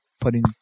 putting